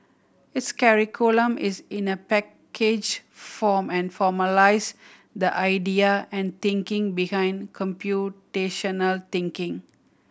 its curriculum is in a packaged form and formalised the idea and thinking behind computational thinking